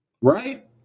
Right